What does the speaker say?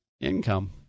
Income